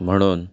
म्हणून